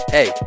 Hey